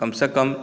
कमसे कम